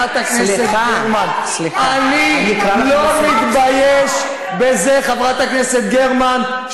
חבר הכנסת פריג', אני אבקש ממך לצאת.